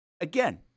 again